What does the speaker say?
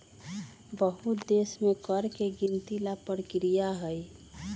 बहुत देश में कर के गिनती ला परकिरिया हई